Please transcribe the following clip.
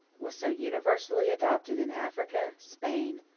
was so universally adopted in africa, spain,